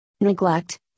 Neglect